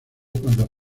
cuando